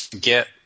get